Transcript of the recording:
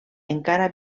encara